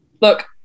Look